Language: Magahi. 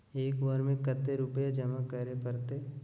एक बार में कते रुपया जमा करे परते?